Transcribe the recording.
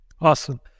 Awesome